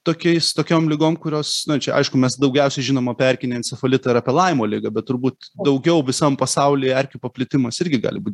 tokiais tokiom ligom kurios čia aišku mes daugiausiai žinom apie erkinį encefalitą ir apie laimo ligą bet turbūt daugiau visam pasaulyje erkių paplitimas irgi gali būt